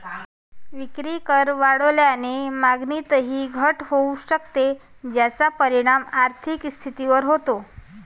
विक्रीकर वाढल्याने मागणीतही घट होऊ शकते, ज्याचा परिणाम आर्थिक स्थितीवर होतो